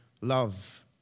love